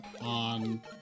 on